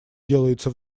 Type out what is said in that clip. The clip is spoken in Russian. делается